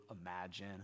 imagine